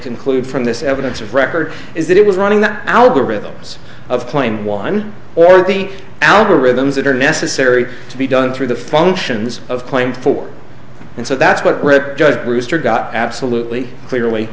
conclude from this evidence of record is that it was running the algorithms of playing one or the algorithms that are necessary to be done through the functions of playing for and so that's what red judge brewster got absolutely clearly